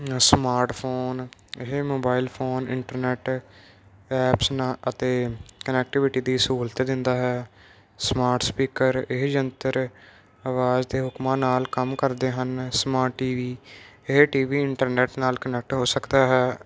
smart phone ਇਹ mobile phone internet apps ਨਾਲ ਅਤੇ ਕਨੈਕਟੀਵਿਟੀ ਦੀ ਸਹੂਲਤ ਦਿੰਦਾ ਹੈ ਸਮਾਰਟ ਸਪੀਕਰ ਇਹ ਯੰਤਰ ਆਵਾਜ਼ ਅਤੇ ਹੁਕਮਾਂ ਨਾਲ ਕੰਮ ਕਰਦੇ ਹਨ ਸਮਾਟ ਟੀਵੀ ਇਹ ਟੀਵੀ ਇੰਟਰਨੈੱਟ ਨਾਲ ਕੰਨੈਕਟ ਹੋ ਸਕਦਾ ਹੈ